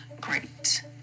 great